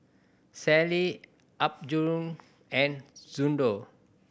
Sealy Apgujeong and Xndo